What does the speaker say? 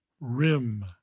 rim